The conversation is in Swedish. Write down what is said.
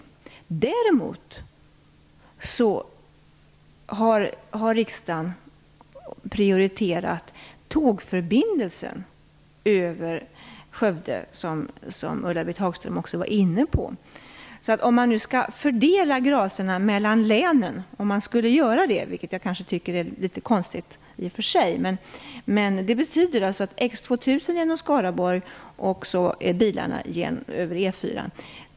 Däremot har riksdagen prioriterat tågförbindelsen över Om man skulle fördela gracerna mellan länen - vilket jag tycker är litet konstigt i och för sig - betyder det att X 2000 går genom Skaraborg och bilarna på E 4.